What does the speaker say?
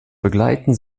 begleiten